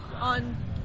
on